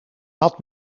had